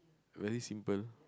very simple